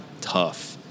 tough